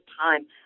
time